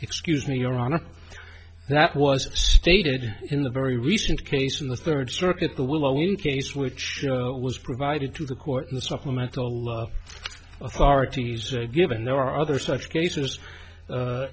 excuse me your honor that was stated in the very recent case in the third circuit the will in case which was provided to the court in the supplemental love authorities are given there are other such cases